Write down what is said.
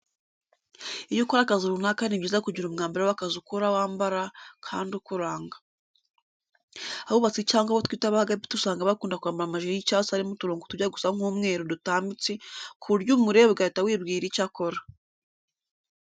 Iyo ukora akazi runaka ni byiza kugira umwambaro w'akazi ukora wambara kandi ukuranga. Abubatsi cyangwa abo twita ba gapita usanga bakunda kwambara amajire y'icyatsi arimo uturongo tujya gusa nk'umweru dutambitse ku buryo umureba ugahita wibwira icyo akora.